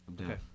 okay